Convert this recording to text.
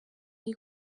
iri